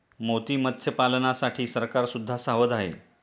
मोती मत्स्यपालनासाठी सरकार सुद्धा सावध आहे